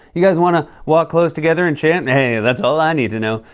you guys gonna walk close together and chant? and, hey, that's all i need to know.